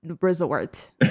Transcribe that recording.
Resort